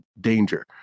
danger